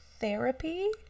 therapy